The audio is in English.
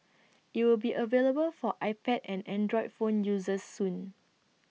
IT will be available for iPad and Android phone users soon